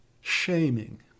shaming